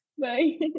Bye